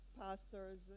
pastors